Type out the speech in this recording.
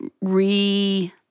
re